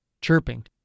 chirping